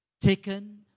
taken